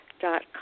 Dot